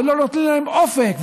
ולא נותנים להם אופק,